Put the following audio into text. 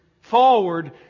forward